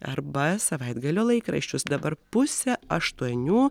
arba savaitgalio laikraščius dabar pusę aštuonių